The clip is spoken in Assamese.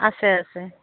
আছে আছে